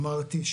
אמרתי,